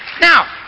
Now